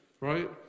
right